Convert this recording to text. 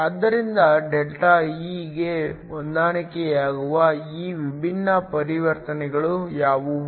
ಆದ್ದರಿಂದ ΔE ಗೆ ಹೊಂದಿಕೆಯಾಗುವ ಈ ವಿಭಿನ್ನ ಪರಿವರ್ತನೆಗಳು ಯಾವುವು